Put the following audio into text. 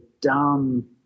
dumb